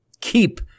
keep